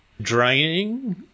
draining